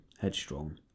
headstrong